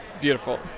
beautiful